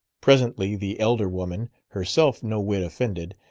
presently the elder woman, herself no whit offended,